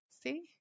See